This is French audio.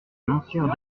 monsieur